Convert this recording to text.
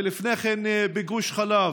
לפני כן בגוש חלב,